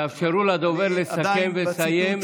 תאפשרו לדובר לסכם ולסיים למה --- אני עדיין